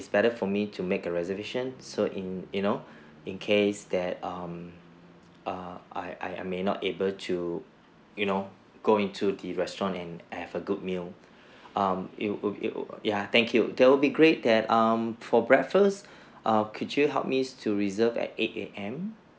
it's better for me to make a reservation so in you know in case that um err I I I may not able to you know go into the restaurant and have a good meal um it'll it'll it'll ya thank you that will be great that um for breakfast err could you help me to reserve at eight A_M